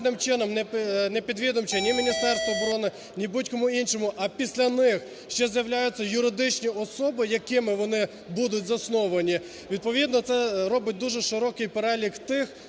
не підвідомча ні Міністерству оборони, ні будь-кому іншому, а після них ще з'являються юридичні особи, якими вони будуть засновані, відповідно, це робить дуже широкий перелік тих,